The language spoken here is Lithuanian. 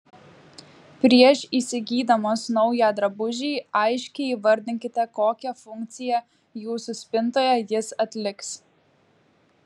prieš įsigydamos naują drabužį aiškiai įvardinkite kokią funkciją jūsų spintoje jis atliks